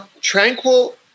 tranquil